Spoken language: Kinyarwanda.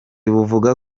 buvuga